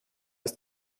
ist